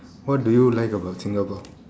what do you like about Singapore